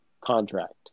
contract